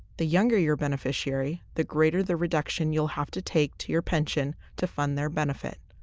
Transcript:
the younger your beneficiary, the greater the reduction you'll have to take to your pension to fund their benefit.